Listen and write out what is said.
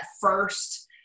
first